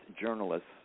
journalists